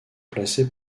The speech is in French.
placés